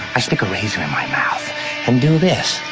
i stick a razor in my mouth and do this.